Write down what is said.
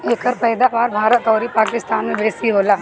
एकर पैदावार भारत अउरी पाकिस्तान में बेसी होला